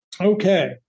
Okay